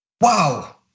Wow